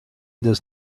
does